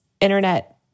internet